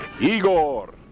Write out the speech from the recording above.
Igor